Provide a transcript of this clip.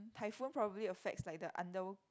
typhoon probably affects like the under